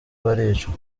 baricwa